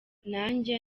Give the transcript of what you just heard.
nanjye